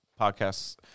podcasts